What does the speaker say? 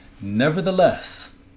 Nevertheless